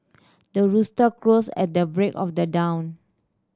the rooster crows at the break of the dawn